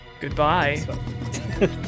Goodbye